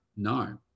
No